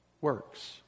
works